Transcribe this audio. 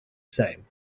same